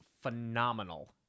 phenomenal